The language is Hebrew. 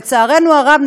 לצערנו הרב,